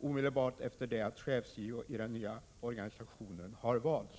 omedelbart efter det att chefs-JO i den nya organisationen har valts.